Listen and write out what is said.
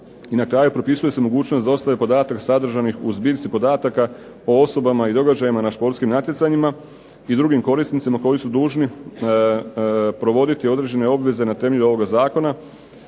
I na kraju, propisuje se mogućnost dostave podataka sadržanih u zbirci podataka o osobama i događajima na športskim natjecanjima i drugim korisnicima koji su dužni provoditi određene obveze na temelju ovoga zakona